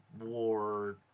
war